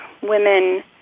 women